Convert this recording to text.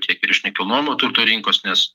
tiek ir iš nekilnojamo turto rinkos nes